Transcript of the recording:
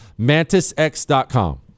MantisX.com